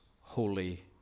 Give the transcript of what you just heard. holy